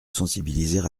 sensibiliser